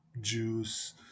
juice